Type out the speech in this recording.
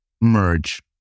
merge